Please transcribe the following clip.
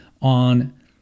On